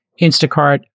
Instacart